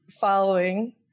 following